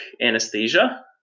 anesthesia